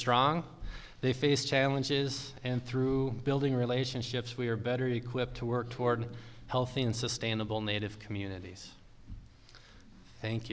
strong they face challenges and through building relationships we are better equipped to work toward healthy and sustainable native communities thank